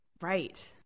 Right